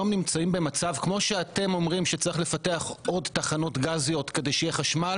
כמו שאתם אומרים שצריך לפתח עוד תחנות גזיות כדי שיהיה חשמל